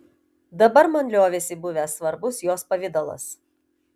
dabar man liovėsi buvęs svarbus jos pavidalas